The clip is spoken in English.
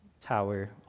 tower